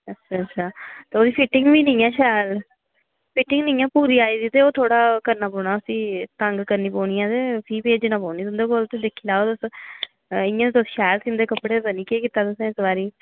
अच्छा अच्छा ते ओह्दी फिटिंग बी नेईं ऐ शैल फिटिंग नी ऐ पूरी आई दी ते ओह् थोह्ड़ा करना पौना उसी तंग करना पौनी ऐ ते फ्ही भेजनी पौनी तुंदे कोल ते दिक्खी लैओ तुस इयां तुस शैल सींदे कपडे़ पता नी केह् कीता तुसें इस बारी